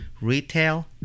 retail